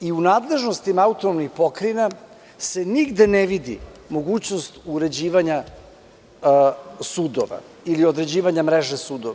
U nadležnostima autonomnih pokrajina se nigde ne vidi mogućnost uređivanja sudova ili određivanja mreže sudova.